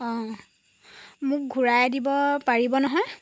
অঁ মোক ঘূৰাই দিব পাৰিব নহয়